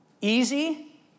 easy